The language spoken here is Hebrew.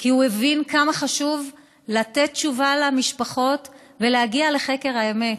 כי הוא הבין כמה חשוב לתת תשובה למשפחות ולהגיע לחקר האמת,